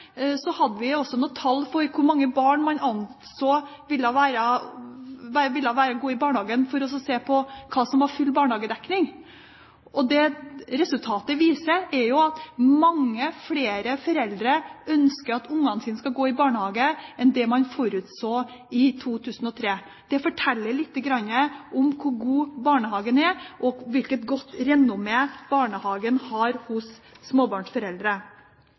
barnehagen, for å se på hva som var full barnehagedekning. Det resultatet viser, er at mange flere foreldre ønsker at barna deres skal gå i barnehage, enn det man forutså i 2003. Det forteller litt om hvor god barnehagen er, og hvilket godt renommé barnehagen har hos småbarnsforeldre.